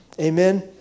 Amen